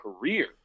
career